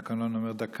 התקנון אומר דקה,